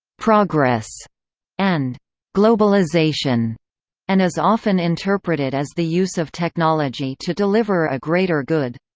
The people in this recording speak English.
progress and globalization and is often interpreted as the use of technology to deliver a greater good.